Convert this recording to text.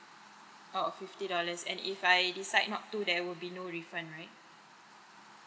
oh fifty dollars and if I decide not to there will be no refund right